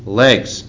legs